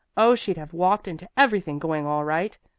oh, she'd have walked into everything going all right,